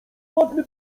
ładny